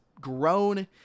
grown